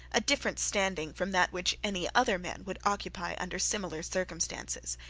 a different standing from that which any other man would occupy under similar circumstances.